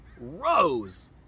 rose